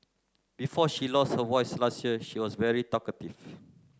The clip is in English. before she lost her voice last year she was very talkative